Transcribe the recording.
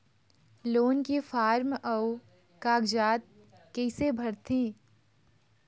Loan के form अऊ कागजात कइसे भरथें?